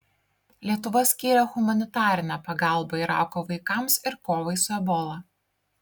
lietuva skyrė humanitarinę pagalbą irako vaikams ir kovai su ebola